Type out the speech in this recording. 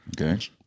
okay